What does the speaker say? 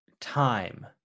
time